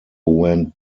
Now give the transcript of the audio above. went